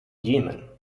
jemen